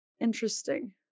interesting